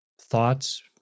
thoughts